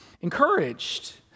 encouraged